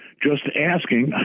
just asking.